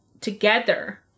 together